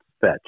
Fetch